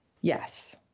Yes